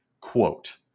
Quote